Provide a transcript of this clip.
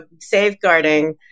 safeguarding